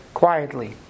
quietly